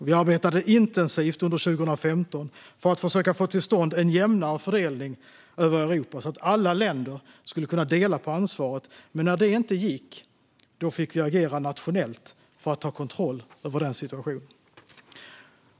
Vi arbetade intensivt under 2015 för att försöka få till stånd en jämnare fördelning över Europa så att alla länder skulle kunna dela på ansvaret. Men när det inte gick fick vi agera nationellt för att ta kontroll över situationen.